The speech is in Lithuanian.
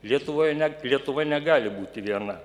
lietuvoje net lietuva negali būti viena